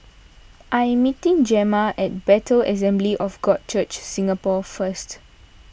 I am meeting Gemma at Bethel Assembly of God Church Singapore first